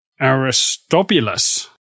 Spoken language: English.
Aristobulus